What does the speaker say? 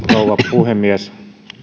puhemies